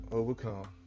overcome